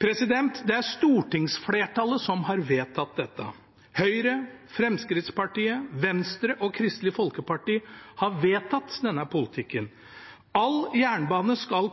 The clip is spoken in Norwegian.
Det er stortingsflertallet som har vedtatt dette – Høyre, Fremskrittspartiet, Venstre og Kristelig Folkeparti har vedtatt denne politikken. All jernbane skal